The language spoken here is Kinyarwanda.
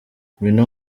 ngwino